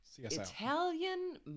Italian